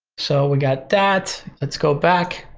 so we got that. let's go back,